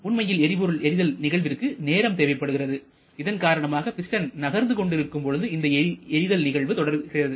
ஆனால் உண்மையில் எரிபொருள் எரிதல் நிகழ்விற்கு நேரம் தேவைப்படுகிறது இதன்காரணமாக பிஸ்டன் நகர்ந்து கொண்டிருக்கும் பொழுது இந்த எரிதல் நிகழ்வு தொடர்கிறது